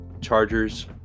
Chargers